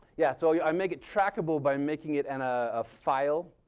yeah, so i make it trackable by making it in a ah file